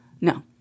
No